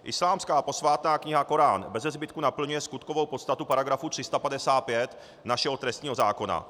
Islámská posvátná kniha Korán bezezbytku naplňuje skutkovou podstatu paragrafu 355 našeho trestního zákona.